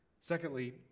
Secondly